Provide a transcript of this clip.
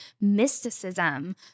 mysticism